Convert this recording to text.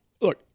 look